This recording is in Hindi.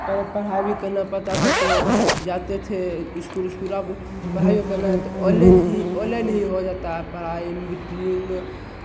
पहले पढ़ाई भी करना पड़ता था तो जाते थे इस्कूल अब पढ़ाई भी करना है तो ऑनलाइन ही ऑनलाइन ही हो जाता है पढ़ाई मीटींग